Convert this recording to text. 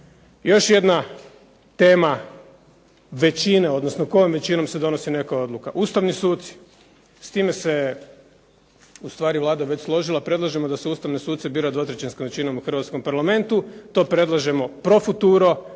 Još jedna tema većine, odnosno kojom većinom se donosi nekakva odluka. Ustavni suci, s time se ustvari Vlada već složila. Predlažemo da se Ustavne suce bira dvotrećinskom većinom u Hrvatskom parlamentu. To predlažemo pro futuro,